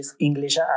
English